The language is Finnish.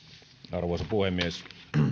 arvoisa puhemies